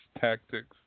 tactics